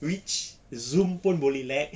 which Zoom pun boleh lag